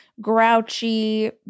grouchy